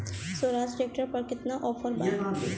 Swaraj tractor पर केतना offer बा?